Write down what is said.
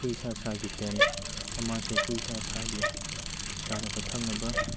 ꯑꯩꯈꯣꯏ ꯏꯁꯥ ꯏꯁꯥꯒꯤ ꯇꯦꯟꯠ ꯑꯃꯁꯨꯡ ꯑꯩꯈꯣꯏ ꯏꯁꯥ ꯏꯁꯥꯒꯤ ꯆꯥꯅꯕ ꯊꯛꯅꯕ